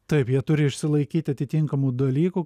taip jie turi išsilaikyti atitinkamų dalykų